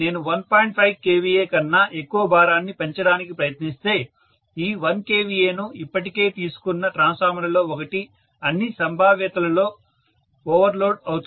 5 kVA కన్నా ఎక్కువ భారాన్ని పెంచడానికి ప్రయత్నిస్తే ఈ 1 kVA ను ఇప్పటికే తీసుకున్న ట్రాన్స్ఫార్మర్లలో ఒకటి అన్ని సంభావ్యతలలో ఓవర్లోడ్ అవుతుంది